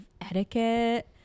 etiquette